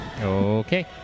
Okay